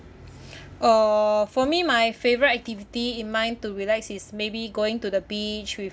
uh for me my favourite activity in mind to relax is maybe going to the beach with